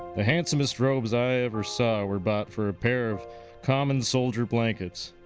the handsomest robes i ever saw were bought for a pair of common soldier blankets.